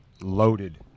loaded